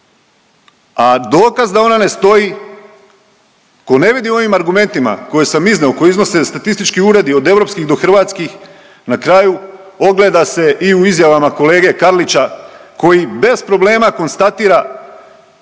a dokaz da ona ne stoji tko ne vidi u ovim argumentima koje sam iznio, koje iznose statistički uredi od europskih do hrvatskih na kraju ogleda se i u izjavama kolege Karlića koji bez problema konstatira,